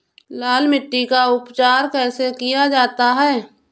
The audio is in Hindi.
लाल मिट्टी का उपचार कैसे किया जाता है?